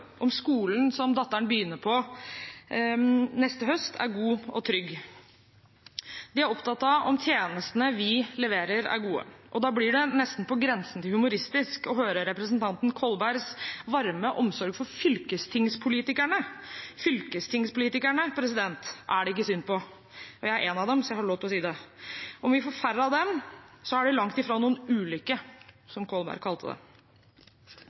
om skolen som datteren begynner på neste høst, er god og trygg. De er opptatt av om tjenestene vi leverer, er gode, og da blir det nesten på grensen til humoristisk å høre representanten Kolbergs varme omsorg for fylkestingspolitikerne. Fylkestingspolitikerne er det ikke synd på. Jeg er én av dem, så jeg har lov til å si det. Om vi får færre av dem, er det langt fra noen ulykke, som Kolberg kalte det.